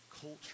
culture